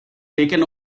taken